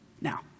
Now